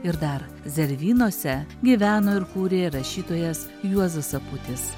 ir dar zervynose gyveno ir kūrė rašytojas juozas aputis